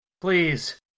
Please